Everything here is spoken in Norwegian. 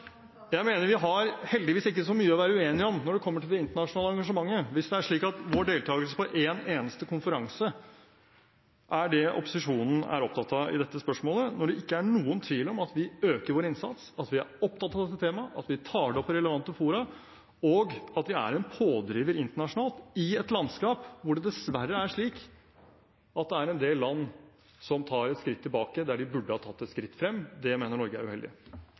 Jeg mener vi heldigvis ikke har så mye å være uenige om når det kommer til det internasjonale engasjementet, hvis det er slik at vår deltakelse på én eneste konferanse er det opposisjonen er opptatt av i dette spørsmålet. Det er ikke noen tvil om at vi øker vår innsats, at vi er opptatt av dette temaet, at vi tar det opp i relevante fora, og at vi er en pådriver internasjonalt i et landskap hvor det dessverre er slik at det er en del land som tar et skritt tilbake der de burde ha tatt et skritt frem. Det mener Norge er uheldig.